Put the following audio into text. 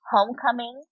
Homecoming